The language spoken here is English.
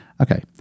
okay